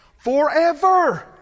Forever